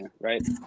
right